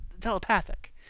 telepathic